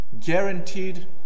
guaranteed